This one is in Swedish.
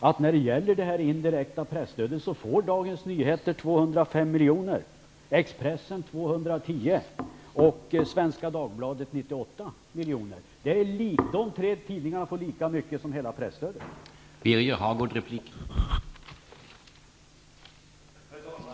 Av det indirekta presstödet får Dagens Nyheter 205 Dagbladet 98 miljoner. De tre tidningarna får lika mycket som hela det direkta presstödet.